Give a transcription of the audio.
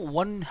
one